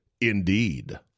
Indeed